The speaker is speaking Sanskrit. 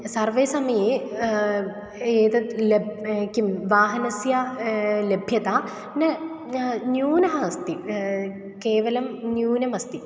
सर्वे समये एतत् लभ्यते किं वाहनस्य लभ्यता न न न्यूनः अस्ति केवलं न्यूनमस्ति